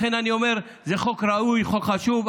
לכן אני אומר: זה חוק ראוי, חוק חשוב.